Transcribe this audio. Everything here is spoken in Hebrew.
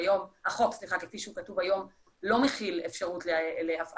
החוק כפי שהוא כתוב היום לא מכיל אפשרות להפעלת